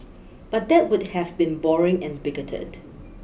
but that would have been boring and bigoted